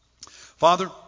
Father